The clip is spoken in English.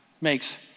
makes